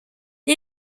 gli